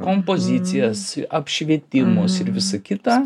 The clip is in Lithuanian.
kompozicijas apšvietimus ir visa kita